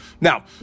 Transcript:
Now